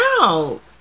out